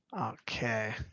Okay